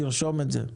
תרשום את זה.